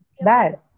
bad